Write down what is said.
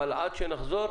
אבל עד שנחזור,